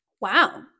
Wow